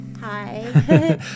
Hi